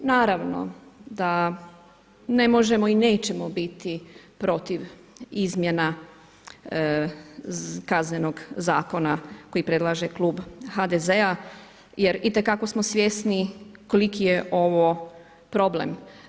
Naravno da ne možemo i nećemo biti protiv izmjena Kaznenog zakona koji predlaže klub HDZ-a jer itekako smo svjesni koliki je ovo problem.